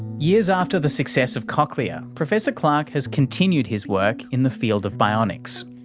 years after the success of cochlear, professor clark has continued his work in the field of bionics.